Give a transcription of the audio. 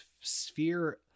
sphere